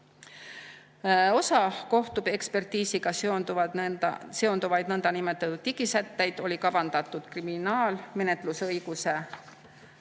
Osa kohtuekspertiisiga seonduvaid nõndanimetatud digisätteid oli kavandatud kriminaalmenetlusõiguse